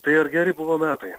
tai ar geri buvo metai